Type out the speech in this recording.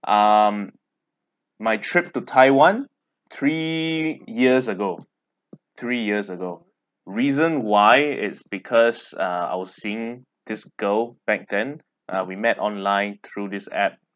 um my trip to taiwan three years ago three years ago reason why is because uh I was seeing this girl back then uh we met online through this app